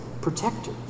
protector